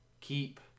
keep